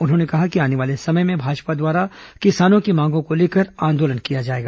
उन्होंने कहा कि आने वाले समय में भाजपा द्वारा किसानों की मांगों को लेकर आंदोलन किया जाएगा